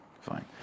Fine